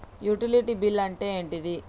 Utility bill అంటే ఏంటిది?